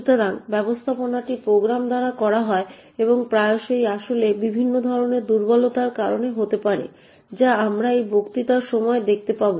সুতরাং এই ব্যবস্থাপনাটি প্রোগ্রাম দ্বারা করা হয় এবং প্রায়শই এটি আসলে বিভিন্ন ধরণের দুর্বলতার কারণ হতে পারে যা আমরা এই বক্তৃতার সময় দেখতে পাব